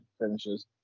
finishes